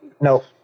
no